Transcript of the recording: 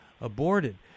aborted